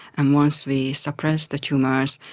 and once we suppress the tumours,